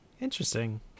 Interesting